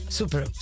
super